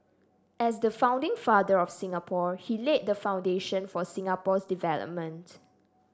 as the founding father of Singapore he laid the foundation for Singapore's development